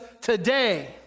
today